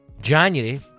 January